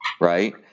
right